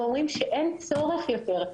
ואומרים שאין צורך יותר.